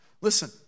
Listen